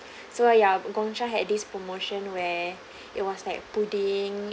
so ya Gong Cha had this promotion where it was like pudding